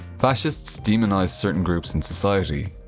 fascists demonise certain groups in society,